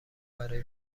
برای